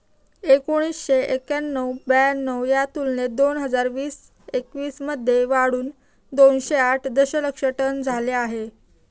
एकोणीसशे एक्क्याण्णव ब्याण्णव च्या तुलनेत दोन हजार वीस एकवीस मध्ये वाढून दोनशे आठ दशलक्ष टन झाले आहे